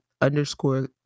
underscore